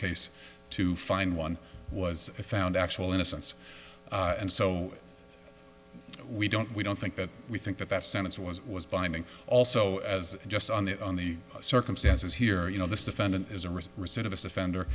case to find one was found actual innocence and so we don't we don't think that we think that that sentence was was binding also as just on the on the circumstances here you know this defendant is a risk recidivist offender